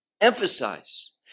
emphasize